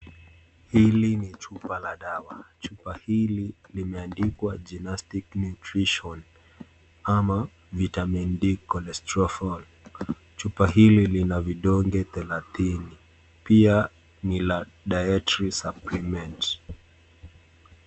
Hili ni chupa la dawa, chupa hili limeandikwa Gynastic Nutrition ama Vitamin D cholestrofol chupa hili lina vidonge thelethini pia ni la dietry supplements .